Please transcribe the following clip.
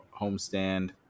homestand